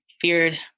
feared